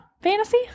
fantasy